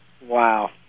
Wow